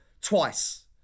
twice